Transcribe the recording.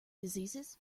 diseases